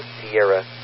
Sierra